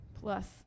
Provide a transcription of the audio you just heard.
Plus